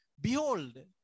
Behold